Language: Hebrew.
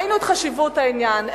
ראינו את חשיבות העניין,